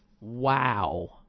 Wow